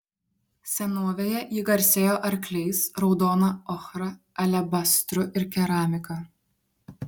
senovėje ji garsėjo arkliais raudona ochra alebastru ir keramika